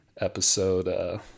episode